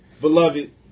beloved